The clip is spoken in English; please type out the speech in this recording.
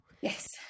Yes